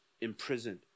imprisoned